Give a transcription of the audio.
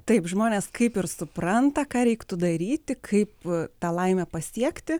taip žmonės kaip ir supranta ką reiktų daryti kaip tą laimę pasiekti